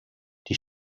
die